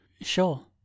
Sure